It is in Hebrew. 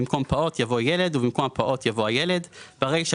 במקום "פעוט" יבוא "ילד" ובמקום "הפעוט" יבוא "הילד"; ברישה,